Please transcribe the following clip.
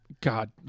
God